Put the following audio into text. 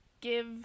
give